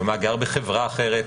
או במאגר בחברה אחרת,